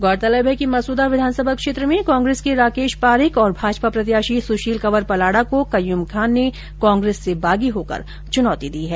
गौरतलब है कि मसूदा विधानसभा क्षेत्र में कांग्रेस के राकेश पारीख तथा भाजपा प्रत्याशी सुशील कंवर पलाड़ा को कय्यूम खान ने कांग्रेस से बागी होकर चुनौती दी है